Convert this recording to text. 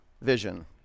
vision